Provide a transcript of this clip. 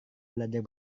belajar